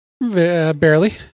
Barely